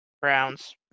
Browns